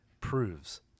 proves